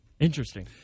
Interesting